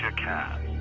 ah can.